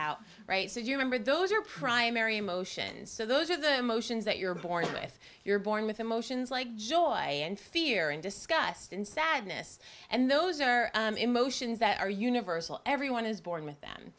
out right so you remember those are primary emotions so those are the emotions that you're born with you're born with emotions like joy and fear and discussed and sadness and those are emotions that are universal everyone is born with them